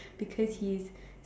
because he's